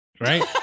Right